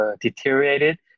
deteriorated